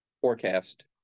forecast